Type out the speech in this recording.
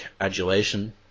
adulation